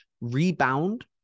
rebound